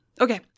Okay